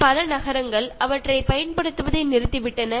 പല നഗരങ്ങളും പ്ലാസ്റ്റിക് ഇപ്പോൾതന്നെ നിരോധിച്ചു കഴിഞ്ഞു